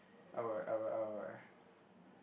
our our our